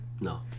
No